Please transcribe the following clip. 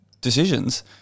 decisions